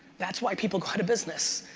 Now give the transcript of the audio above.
that's why people go out of business.